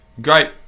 Great